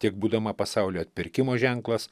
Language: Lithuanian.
tiek būdama pasaulio atpirkimo ženklas